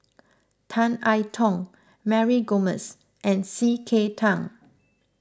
Tan I Tong Mary Gomes and C K Tang